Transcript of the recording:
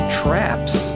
traps